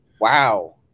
Wow